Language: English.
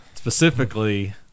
Specifically